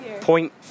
point